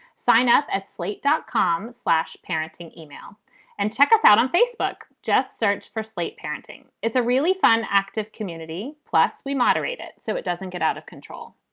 sign up at slate dot com slash parenting email and check us out on facebook. just search for slate parenting. it's a really fun, active community. plus, we moderate it so it doesn't get out of control.